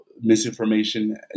misinformation